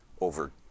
over